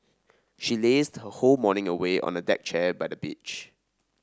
she lazed her whole morning away on a deck chair by the beach